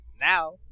now